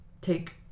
take